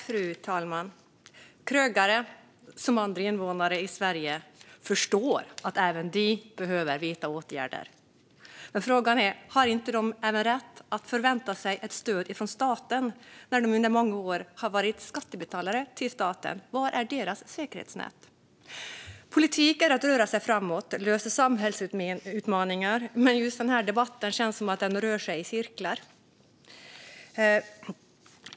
Fru talman! Krögare, som andra invånare i Sverige, förstår att även de behöver vidta åtgärder. Men frågan är: Har de inte även rätt att förvänta sig ett stöd från staten när de under många år har betalat skatt till staten? Var är deras säkerhetsnät? Politik är att röra sig framåt och lösa samhällsutmaningar, men just den här debatten känns som att den rör sig i cirklar.